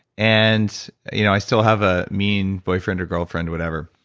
and you know i still have a mean boyfriend or girlfriend, whatever